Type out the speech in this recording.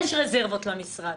יש רזרבות למשרד.